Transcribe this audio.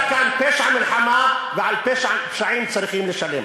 היה כאן פשע מלחמה, ועל פשעים צריכים לשלם.